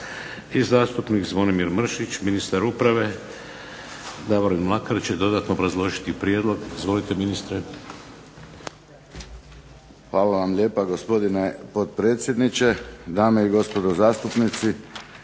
i zastupnik Zvonimir Mršić. Ministar uprave Davorin Mlakar će dodatno obrazložiti prijedlog. Izvolite ministre. **Mlakar, Davorin** Hvala vam lijepa gospodine potpredsjedniče, dame i gospodo zastupnici.